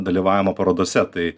dalyvavimo parodose tai